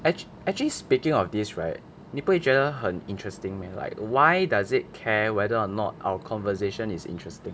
act~ actually speaking of this right 你不会觉得很 interesting meh like why does it care whether or not our conversation is interesting